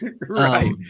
Right